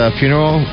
funeral